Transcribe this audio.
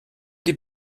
die